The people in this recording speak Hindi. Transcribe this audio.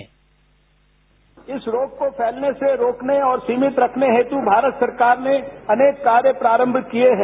बाईट इस रोग को फैलने से रोकने और सीमित रखने हेतु भारत सरकार ने अनेक कार्य प्रारम किये हैं